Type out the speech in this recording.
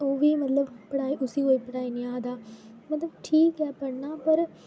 ओह् बी मतलब पढ़ाई उसी कोई पढ़ाई निं आखदा मतलब ठीक ऐ पढ़ना पर